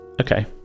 Okay